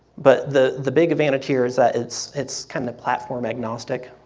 but the the big advantage here is that it's it's kind of platform agnostic,